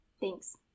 thanks